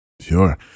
sure